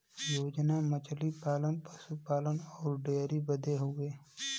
योजना मछली पालन, पसु पालन अउर डेयरीए बदे हउवे